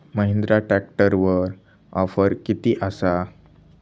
महिंद्रा ट्रॅकटरवर ऑफर किती आसा?